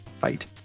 fight